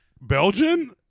Belgian